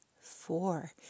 four